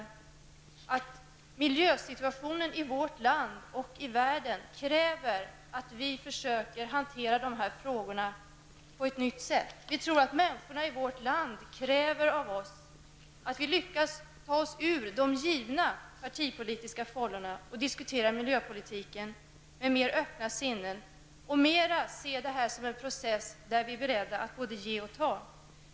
Vi i vänsterpartiet anser att miljösituationen i vårt land och i världen kräver att vi försöker att hantera dessa frågor på ett nytt sätt. Vi tror att människorna i vårt land kräver av oss politiker att vi lyckas ta oss ur de givna partipolitiska fållorna och diskutera miljöpolitiken med mer öppna sinnen och mer ser det som en process där vi är beredda att både ge och ta.